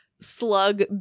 slug